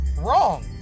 wrong